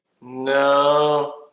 No